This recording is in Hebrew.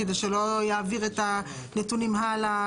כדי שלא יעביר את הנתונים הלאה.